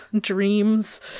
dreams